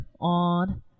on